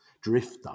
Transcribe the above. drifter